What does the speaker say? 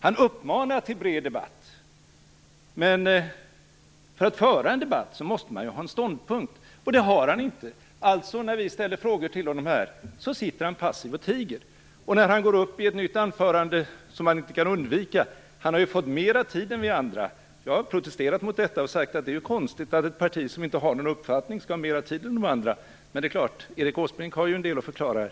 Han uppmanar till bred debatt, men för att föra en debatt måste man ha en ståndpunkt, och det har han inte. När vi ställer frågor till honom här sitter han alltså passiv och tiger. Erik Åsbrink har ju fått mera tid än vi andra. Jag har protesterat mot detta och sagt att det är konstigt att ett parti som inte har någon uppfattning skall ha mera tid än de andra, men det är klart: Erik Åsbrink har ju en del att förklara här.